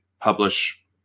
publish